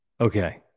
Okay